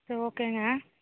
சரி ஓகேங்க